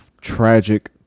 tragic